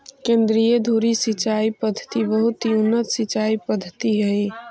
केन्द्रीय धुरी सिंचाई पद्धति बहुत ही उन्नत सिंचाई पद्धति हइ